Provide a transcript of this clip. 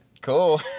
cool